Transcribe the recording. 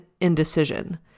indecision